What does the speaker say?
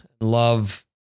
love